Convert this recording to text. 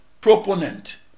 proponent